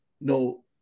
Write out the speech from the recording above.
no